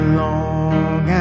long